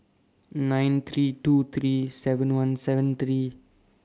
nine three two three seven one seven three